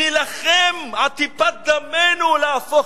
נילחם עד טיפת דמנו להפוך,